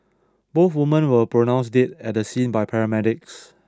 both woman were pronounced dead at the scene by paramedics